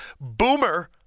Boomer